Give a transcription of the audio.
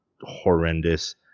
horrendous